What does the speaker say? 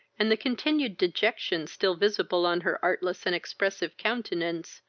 and the continued dejection still visible on her artless and expressive countenance,